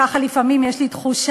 ככה לפעמים יש לי תחושה,